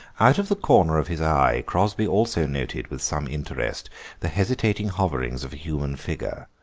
out of the corner of his eye crosby also noted with some interest the hesitating hoverings of a human figure,